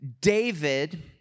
David